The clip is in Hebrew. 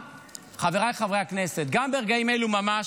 חבריי חברי הכנסת, גם ברגעים אלו ממש,